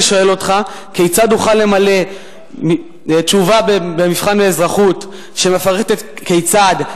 אני שואל אותך: כיצד אוכל למלא תשובה במבחן באזרחות שמפרטת כיצד,